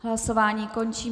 Hlasování končím.